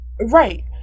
right